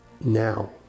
now